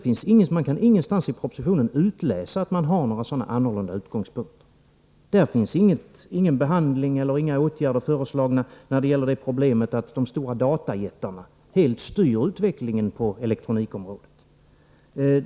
Man kan ingenstans i propositionen utläsa att regeringen har några sådana annorlunda utgångspunkter. Där finns ingen behandling eller några åtgärder föreslagna när det gäller problemet att de stora datajättarna helt styr utvecklingen på elektronikområdet.